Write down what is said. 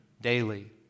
daily